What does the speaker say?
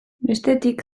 bestetik